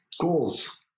Goals